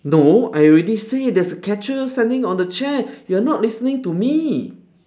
no I already say there's a catcher standing on the chair you are not listening to me